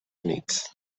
units